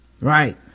right